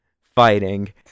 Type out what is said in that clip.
fighting